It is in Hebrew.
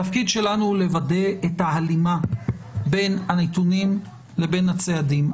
התפקיד שלנו הוא לוודא את ההלימה בין הנתונים לבין הצעדים.